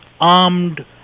armed